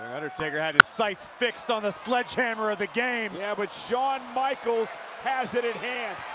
undertaker had his sights fixed on the sledgehammer of the game. yeah, but shawn michaels has it in hand.